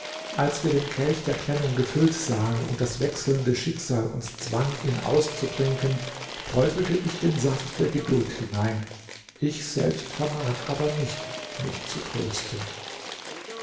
als wir den kelch der trennung gefüllt sahen und das wechselnde schicksal uns zwang ihn auszutrinken träufelte ich den saft der geduld hinein ich selbst vermag aber nicht mich zu trösten